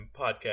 podcast